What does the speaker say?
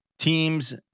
Teams